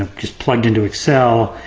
um just plugged in to excel,